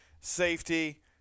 Safety